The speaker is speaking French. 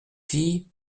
fille